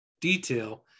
detail